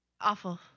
Awful